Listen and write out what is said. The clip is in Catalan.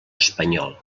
espanyol